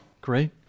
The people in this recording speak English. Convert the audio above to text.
Great